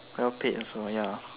well paid also ya